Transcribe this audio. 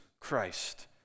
christ